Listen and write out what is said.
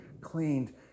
cleaned